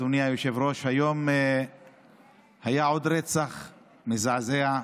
אדוני היושב-ראש: היום היה עוד רצח מזעזע,